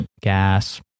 gas